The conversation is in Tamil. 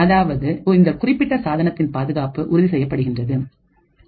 அதாவது இந்த குறிப்பிட்ட சாதனத்தின் பாதுகாப்பு உறுதி செய்யப்படுகின்றது